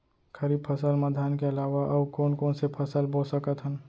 खरीफ फसल मा धान के अलावा अऊ कोन कोन से फसल बो सकत हन?